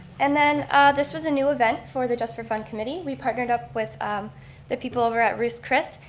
and then this was a new event for the just for fun committee. we partnered up with um the people over at ruth's chris,